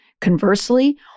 Conversely